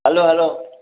hello hello